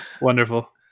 Wonderful